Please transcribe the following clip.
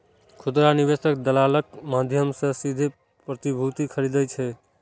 खुदरा निवेशक दलालक माध्यम सं सीधे प्रतिभूति खरीदै छै